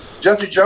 Jesse